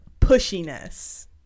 pushiness